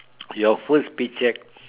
your first pay cheque